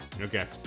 Okay